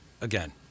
again